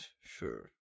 sure